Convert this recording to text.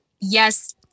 yes